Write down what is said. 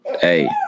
hey